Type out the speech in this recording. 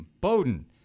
Bowden